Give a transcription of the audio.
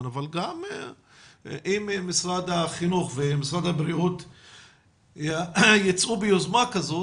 אבל גם אם משרד החינוך ומשרד הבריאות יצאו ביוזמה כזו,